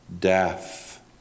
death